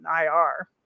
IR